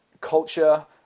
culture